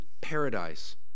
paradise